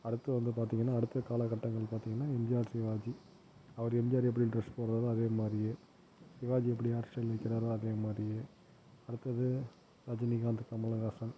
அடுத்து வந்து பார்த்திங்கனா அடுத்த காலக்கட்டங்கள் பார்த்திங்கனா எம்ஜிஆர் சிவாஜி அவர் எம்ஜிஆர் எப்படி ட்ரெஸ் போடுகிறாரோ அதேமாதிரியே சிவாஜி எப்படி ஹேர்ஸ்டைல் வைக்கிறாரோ அதே மாதிரியே அடுத்தது ரஜினிகாந்த் கமல்ஹாசன்